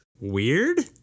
weird